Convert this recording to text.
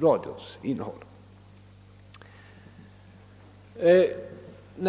radions innehåll.